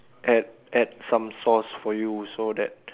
add add some sauce for you so that